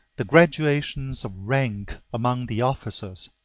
the graduations of rank among the officers,